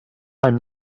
i’m